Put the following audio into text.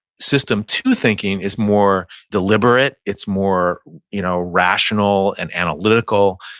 system two thinking is more deliberate. it's more you know rational and analytical.